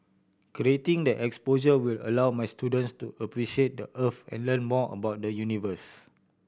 creating the exposure will allow my students to appreciate the Earth and learn more about the universe